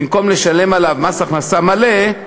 במקום לשלם עליו מס הכנסה מלא,